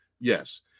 yes